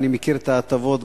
אני מכיר את ההטבות,